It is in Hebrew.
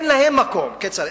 אין להן מקום, כצל'ה.